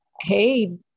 Hey